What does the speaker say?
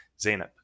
Zeynep